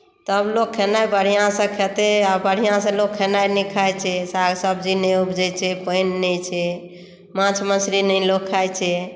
तब लोक खेनाइ बढ़िआँसँ खेतै आब बढ़िआँसँ लोक खेनाइ नहि खाइत छै साग सब्जी नहि उपजैत छै पानि नहि छै माछ मछरी नहि लोक खाइत छै